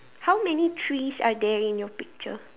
how many trees are there in your picture